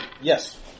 Yes